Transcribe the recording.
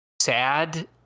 Sad